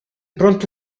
pronto